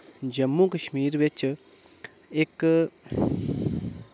जम्मू कश्मीर बिच इक